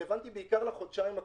רלוונטי בעיקר לחודשיים הקרובים.